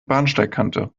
bahnsteigkante